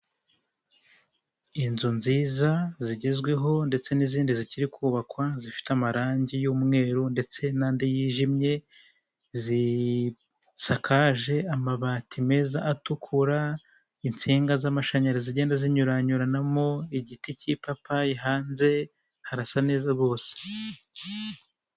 Inyubako y'amagorofa, k'inkuta z'iyo nyubakopa hariho icyapa cyanditseho sonorwa, ku marembo y'iyo nyubako hari ibinyabiziga biparitse kuhande rw'iburyo rw'iyo nyubako hari iyinindi nyubako y'amagorofa.